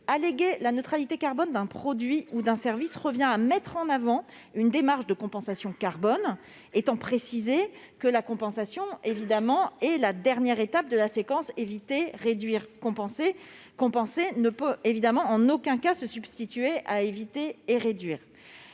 alléguer la neutralité carbone d'un produit ou d'un service revient à mettre en avant une démarche de compensation, étant précisé que c'est la dernière étape de la séquence « éviter, réduire, compenser ».« Compenser » ne peut évidemment en aucun cas se substituer à « éviter et réduire